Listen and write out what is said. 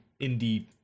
indie